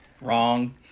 Wrong